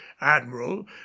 admiral